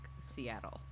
Seattle